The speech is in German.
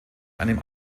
einem